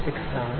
6 ആണ്